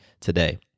today